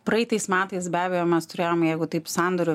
praeitais metais be abejo mes turėjom jeigu taip sandorių